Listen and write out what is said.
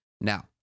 Now